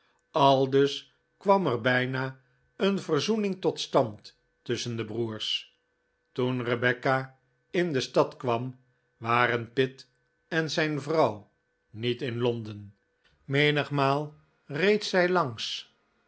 aldus kwam er bijna een verzoening tot stand tusschen de broers toen rebecca in de stad kwam waren pitt en zijn vrouw niet in londen menigmaal reed zij langs